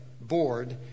board